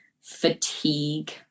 fatigue